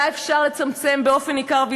היה אפשר לצמצם באופן ניכר,